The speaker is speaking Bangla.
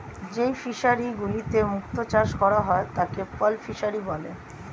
যেই ফিশারি গুলিতে মুক্ত চাষ করা হয় তাকে পার্ল ফিসারী বলে